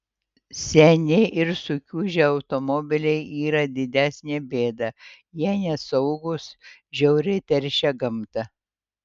seni ir sukiužę automobiliai yra didesnė bėda jie nesaugūs žiauriai teršia gamtą